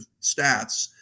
stats